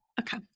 Okay